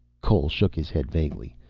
cole shook his head vaguely.